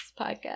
podcast